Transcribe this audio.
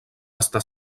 està